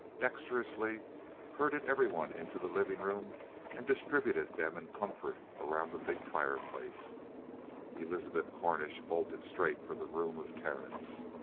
dexterously herded everyone into the living room and distributed them in comfort around the big fireplace elizabeth cornish bolted straight for the room of terence.